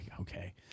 okay